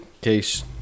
case